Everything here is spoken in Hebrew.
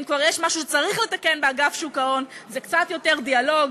אם כבר יש משהו שצריך לתקן באגף שוק ההון זה קצת יותר דיאלוג,